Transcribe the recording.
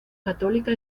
católica